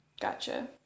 gotcha